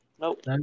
Nope